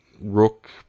Rook